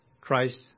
Christ